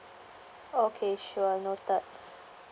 okay sure I note that